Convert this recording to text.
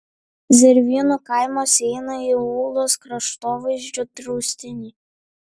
zervynų kaimas įeina į ūlos kraštovaizdžio draustinį